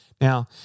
Now